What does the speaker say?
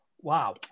Wow